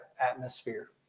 atmosphere